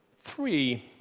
Three